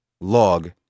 log